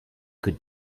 could